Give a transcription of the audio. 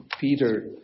Peter